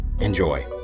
Enjoy